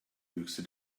höchste